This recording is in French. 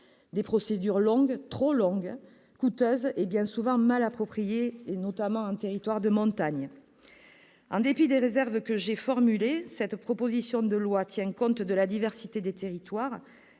des procédures longues, trop longues, coûteuses et bien souvent mal appropriées, notamment dans les territoires de montagne. En dépit des réserves que j'ai formulées, cette proposition de loi tient compte de la diversité des territoires,